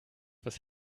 was